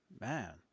man